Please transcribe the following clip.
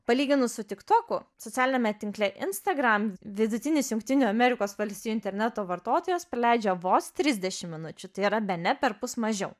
palyginus su tiktoku socialiniame tinkle instagram vidutinis jungtinių amerikos valstijų interneto vartotojas praleidžia vos trisdešim minučių tai yra bene perpus mažiau